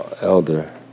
Elder